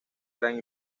gran